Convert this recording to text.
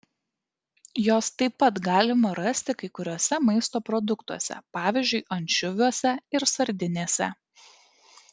jos taip pat galima rasti kai kuriuose maisto produktuose pavyzdžiui ančiuviuose ir sardinėse